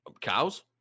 Cows